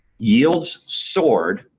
yields soared,